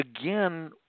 again